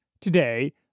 today